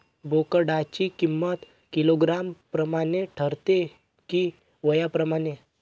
बोकडाची किंमत किलोग्रॅम प्रमाणे ठरते कि वयाप्रमाणे?